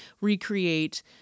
recreate